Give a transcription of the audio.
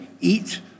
eat